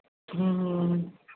ਹਮ